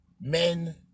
men